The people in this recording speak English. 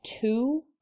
two